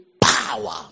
power